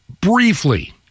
Briefly